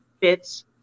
fits